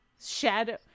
shadow